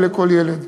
לכל ילד.